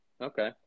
Okay